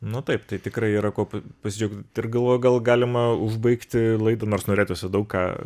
nu taip tai tikrai yra kuo pasidžiaugt ir galvoju gal galima užbaigti laidą nors norėtųsi daug ką